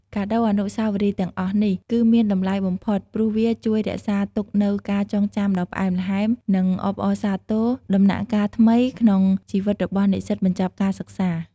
កាដូអនុស្សាវរីយ៍ទាំងអស់នេះ គឺមានតម្លៃបំផុតព្រោះវាជួយរក្សាទុកនូវការចងចាំដ៏ផ្អែមល្ហែម និងអបអរសាទរដំណាក់កាលថ្មីក្នុងជីវិតរបស់និស្សិតបញ្ចប់ការសិក្សា។